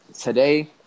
Today